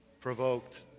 provoked